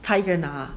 他一个人拿啊